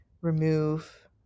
remove